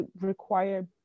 require